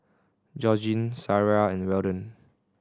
Georgene Sariah and Weldon